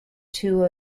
two